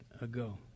ago